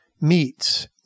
Meats